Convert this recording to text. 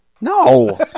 No